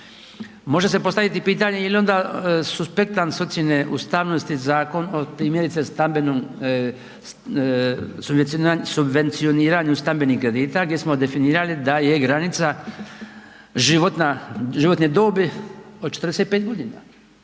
Može se postaviti i pitanje jel onda suspektan s ocijene ustavnosti Zakon od primjerice stambenom, subvencioniranju stambenih kredita gdje smo definirali da je granica životna, životne dobi